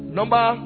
number